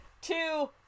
two